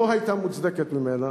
לא היתה מוצדקת ממנה.